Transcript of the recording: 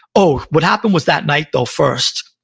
oh, what happened was that night, though, first,